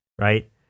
right